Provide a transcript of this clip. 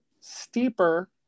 steeper